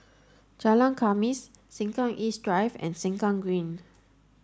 Jalan Khamis Sengkang East Drive and Sengkang Green